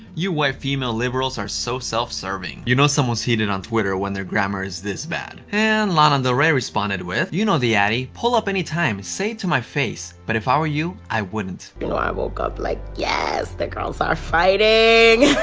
you white female liberals are so self-serving. you know someone's heated on twitter when their grammar is this bad. and lana del and rey responded with you know the addy. pull up anytime. say to my face. but if i were you i wouldn't. you know i woke up like, yaaass, yeah the girls are fightiiiing'